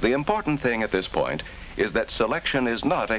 the important thing at this point is that selection is not